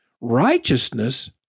Righteousness